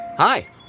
Hi